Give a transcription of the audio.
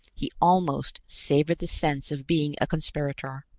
he almost savored the sense of being a conspirator,